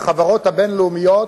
החברות הבין-לאומיות